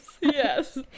yes